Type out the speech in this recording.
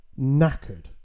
knackered